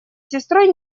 сестрой